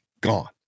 gone